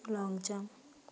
long jump